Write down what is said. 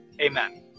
Amen